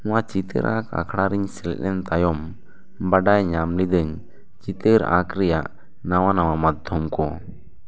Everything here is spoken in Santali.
ᱱᱚᱣᱟ ᱪᱤᱛᱟᱹᱨ ᱟᱸᱠ ᱟᱠᱷᱟᱲᱟᱨᱤᱧ ᱥᱮᱞᱮᱫ ᱛᱟᱭᱚᱢ ᱵᱟᱰᱟᱭ ᱧᱟᱢ ᱞᱤᱫᱟᱹᱧ ᱪᱤᱛᱟᱹᱨ ᱟᱸᱠ ᱨᱮᱭᱟᱜ ᱱᱟᱣᱟ ᱱᱟᱣᱟ ᱢᱟᱫᱷᱚᱢ ᱠᱚ